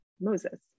Moses